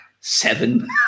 seven